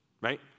right